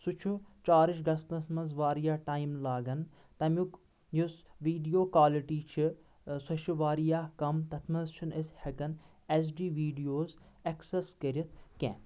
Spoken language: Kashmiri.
سُہ چھُ چارج گژھنس منٛز واریاہ ٹایم لاگان تمیُک یُس ویڈیو کوالٹی چھِ سۄ چھِ واریاہ کم تتھ منٛز چھنہٕ أسۍ ہیکان ایچ دی ویڈیوز ایکسیٚس کٔرِتھ کیٛنٚہہ